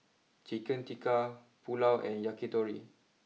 Chicken Tikka Pulao and Yakitori